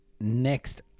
next